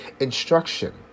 instruction